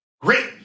great